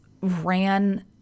ran